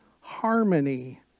harmony